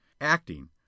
acting